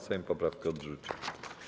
Sejm poprawki odrzucił.